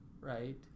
right